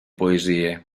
poesie